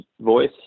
voice